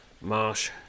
Marsh